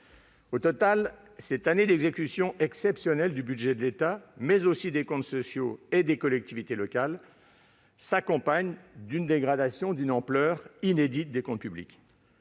Au total, cette année d'exécution exceptionnelle du budget de l'État, mais aussi des comptes sociaux et des comptes des collectivités locales, s'accompagne d'une dégradation d'une ampleur inédite des comptes publics.